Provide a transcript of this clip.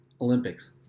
Olympics